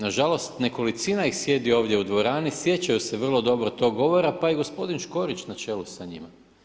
Nažalost, nekolicina ih sjedi ovdje u dvorani, sjećaju se vrlo dobro tog govora, pa i gospodin Škorić na čelu sa njima.